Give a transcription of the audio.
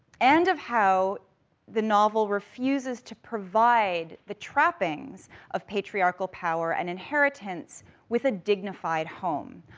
and of how the novel refuses to provide the trappings of patriarchal power and inheritance with a dignified home,